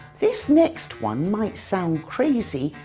this next one might sound crazy,